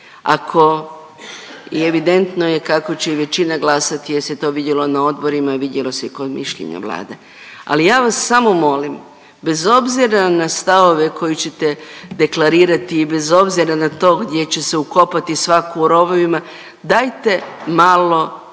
Ako, i evidentno je kako će većina glasati jer se to vidjelo na odborima i vidjelo se i kod mišljenja Vlade, ali ja vas samo molim, bez obzira na stavove koje ćete deklarirati i bez obzira na to gdje će se ukopati svako u rovovima, dajte malo